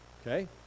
okay